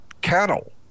cattle